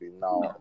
now